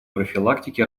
профилактики